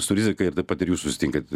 su rizika ir taip pat ir jūs susitinkat